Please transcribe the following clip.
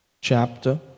chapter